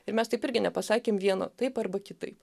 ir mes taip irgi nepasakėm vieno taip arba kitaip